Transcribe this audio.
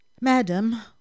Madam